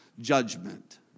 judgment